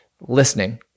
listening